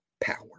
power